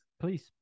Please